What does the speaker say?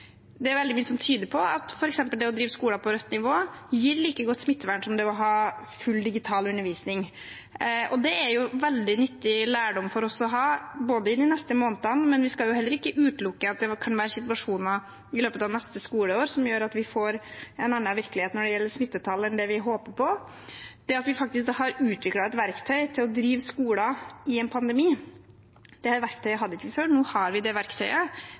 det er veldig mye som tyder på at f.eks. det å drive skoler på rødt nivå gir like godt smittevern som det å ha full digital undervisning. Det er veldig nyttig lærdom for oss å ha i de neste månedene, men vi skal heller ikke utelukke at det kan være situasjoner i løpet av neste skoleår som gjør at vi får en annen virkelighet når det gjelder smittetall, enn det vi håper på, og det at vi faktisk har utviklet et verktøy til å drive skoler i en pandemi – det verktøyet hadde vi ikke før, nå har vi det verktøyet